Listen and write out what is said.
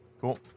cool